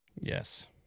Yes